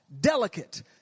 delicate